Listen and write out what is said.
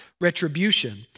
retribution